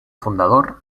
fundador